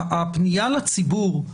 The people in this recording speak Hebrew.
הפנייה לציבור,